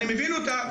אני מבין אותה,